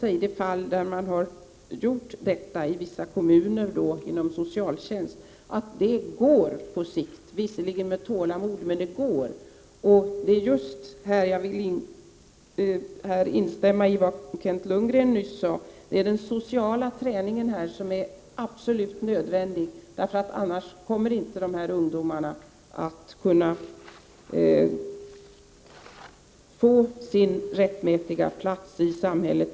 I de fall där detta har gjorts i vissa kommuner inom socialtjänsten har det visat sig att detta på sikt är möjligt, visserligen med tålamod, men det går. Det är i detta sammanhang jag vill instämma i vad Kent Lundgren sade, nämligen att det är den sociala träningen som är absolut nödvändig, annars kommer dessa ungdomar inte att kunna få sin rättmätiga plats i samhället.